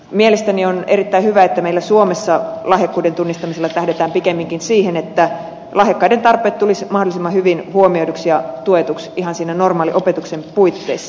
mielestäni on erittäin hyvä että meillä suomessa lahjakkuuden tunnistamisella tähdätään pikemminkin siihen että lahjakkaiden tarpeet tulisivat mahdollisimman hyvin huomioiduiksi ja tuetuiksi ihan normaaliopetuksen puitteissa